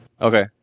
Okay